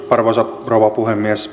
arvoisa rouva puhemies